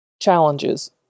challenges